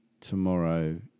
tomorrow